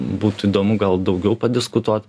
būtų įdomu gal daugiau padiskutuot